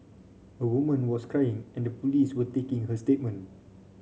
a woman was crying and the police were taking her statement